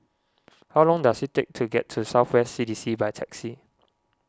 how long does it take to get to South West C D C by taxi